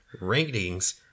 ratings